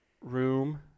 Room